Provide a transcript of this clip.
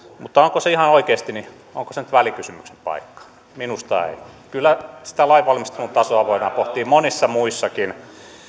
mutta onko se ihan oikeasti nyt välikysymyksen paikka minusta ei kyllä sitä lainvalmistelun tasoa voidaan pohtia monissa muissakin